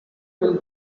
will